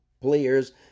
players